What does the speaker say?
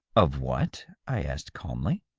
of what? i asked calmly.